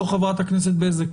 לא חברת הכנסת בזק,